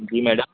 जी madam